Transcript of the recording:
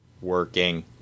Working